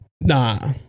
Nah